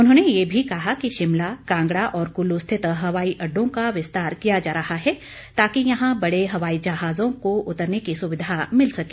उन्होंने ये भी कहा कि शिमला कांगड़ा और कुल्लू स्थित हवाई अड्डों का विस्तार किया जा रहा है ताकि यहां बड़े हवाई जहाजों को उतरने की सुविधा मिल सके